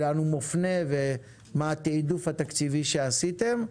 לאן הוא מופנה ומה התיעדוף התקציבי שעשיתם.